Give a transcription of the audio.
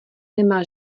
nemá